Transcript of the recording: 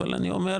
אבל אני אומר,